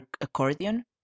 Accordion